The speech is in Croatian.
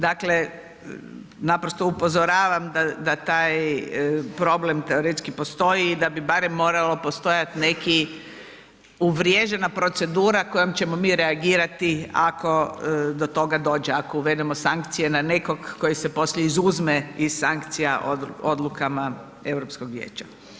Dakle, naprosto upozoravam da taj problem teoretski postoji i da bi barem morala postojati neka uvriježena procedura kojom ćemo mi reagirati ako do toga dođe, ako uvedemo sankcije na nekog koji se poslije izuzme iz sankcija odlukama Europskog vijeća.